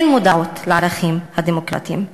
אין מודעות לערכים הדמוקרטיים.